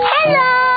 Hello